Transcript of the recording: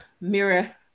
Mirror